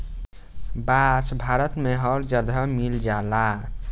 बांस भारत में हर जगे मिल जाला